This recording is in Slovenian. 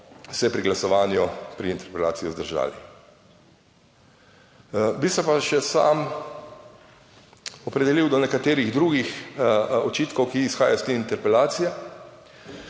se pri glasovanju pri interpelaciji vzdržali. Bi se pa še sam opredelil do nekaterih drugih očitkov, ki izhajajo iz te interpelacije.